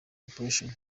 corporation